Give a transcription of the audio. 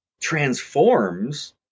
transforms